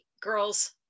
girls